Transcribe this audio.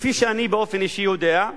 כפי שאני באופן אישי יודע,